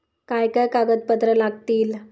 काय काय कागदपत्रा लागतील?